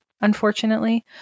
unfortunately